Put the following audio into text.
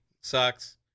sucks